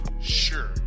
sure